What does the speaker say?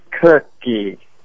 cookie